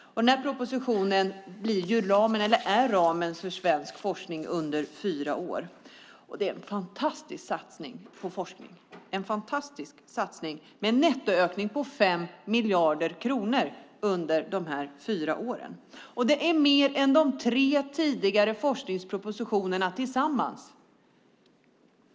Denna proposition är ramen för svensk forskning under fyra år, och det är en fantastisk satsning på forskning med en nettoökning på 5 miljarder kronor. Det är mer än de tre senaste forskningspropositionerna tillsammans.